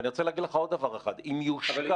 ואני רוצה להגיד עוד דבר אחד: אם יושקע